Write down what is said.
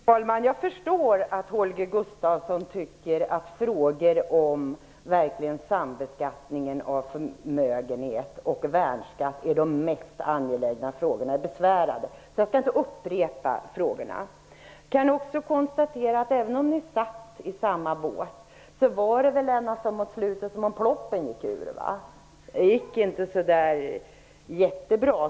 Fru talman! Jag förstår att Holger Gustafsson tycker att det är besvärande när jag frågar om sambeskattningen av förmögenhet och värnskatt verkligen är de mest angelägna frågorna. Jag skall inte upprepa frågorna. Jag kan också konstatera att även om ni satt i samma båt var det väl ändå som om proppen gick ur mot slutet. Det gick inte så där jättebra.